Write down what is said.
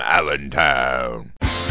Allentown